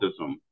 Autism